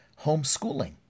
homeschooling